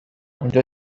اونجا